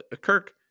Kirk